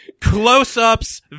close-ups